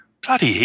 bloody